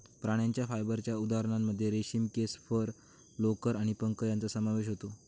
प्राण्यांच्या फायबरच्या उदाहरणांमध्ये रेशीम, केस, फर, लोकर आणि पंख यांचा समावेश होतो